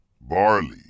barley